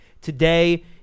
Today